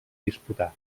disputà